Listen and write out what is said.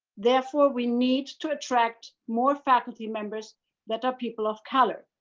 therefore, we need to attract more faculty members that are people of color,